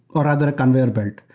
or rather a conveyor belt.